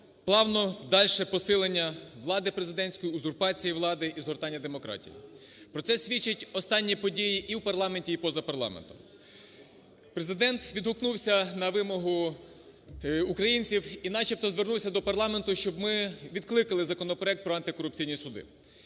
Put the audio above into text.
плавно дальше посилення влади президентської, узурпації влади і згортання демократії, про це свідчать останні події і в парламенті, і поза парламентом. Президент відгукнувся на вимоги українців і начебто звернувся до парламенту, щоб ми відкликали законопроект про антикорупційні суди.